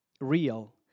real